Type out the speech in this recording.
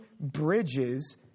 bridges